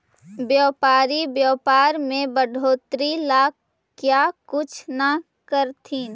व्यापारी व्यापार में बढ़ोतरी ला क्या कुछ न करथिन